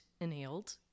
inhaled